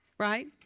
right